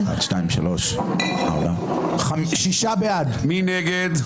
מי נגד?